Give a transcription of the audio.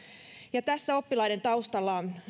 ja tässä oppilaiden taustalla on